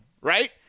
right